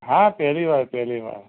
હા પહેલીવાર પહેલીવાર